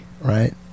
right